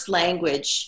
language